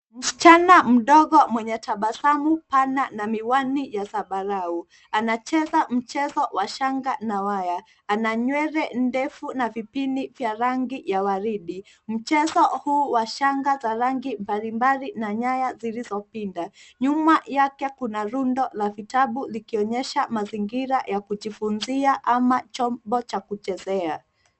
Msichana mdogo mwenye tabasamu mpana na miwani ya zambarau. Anacheza mchezo wa shanga na waya. Ana nywele ndefu na vipini vya rangi ya waridi. Mchezo huu wa shanga za rangi mbalimbali na nyaya zilizopinda. Nyuma yake kuna rundo la vitabu likionyesha mazingira ya kujifunzia ama chombo cha kuchezea.